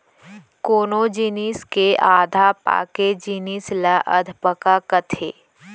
कोनो जिनिस के आधा पाके जिनिस ल अधपका कथें